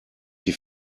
die